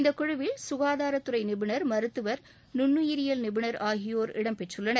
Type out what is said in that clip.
இந்த குழுவில் சுகாதாரத்துறை நிபுணர் மருத்துவர் நுண்ணிரியியல் நிபுணர் ஆகியோர் இந்த குழுவில் இடம் பெற்றுள்ளனர்